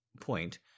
point